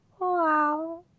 Wow